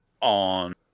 on